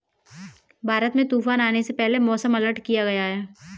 भारत में तूफान आने से पहले मौसम अलर्ट किया गया है